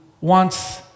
wants